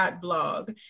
blog